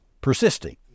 persisting